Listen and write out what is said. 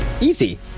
Easy